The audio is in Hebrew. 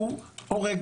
הוא הורג,